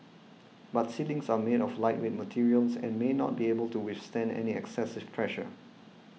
but ceilings are made of lightweight materials and may not be able to withstand any excessive pressure